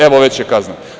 Evo veće kazne.